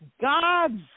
God's